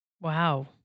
Wow